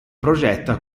progetta